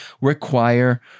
require